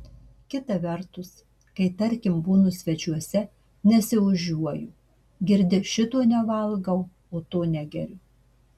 kita vertus kai tarkim būnu svečiuose nesiožiuoju girdi šito nevalgau o to negeriu